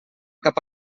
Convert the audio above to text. cap